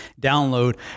download